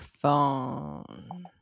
phone